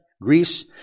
Greece